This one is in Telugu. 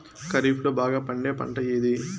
ఖరీఫ్ లో బాగా పండే పంట ఏది?